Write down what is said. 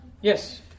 Yes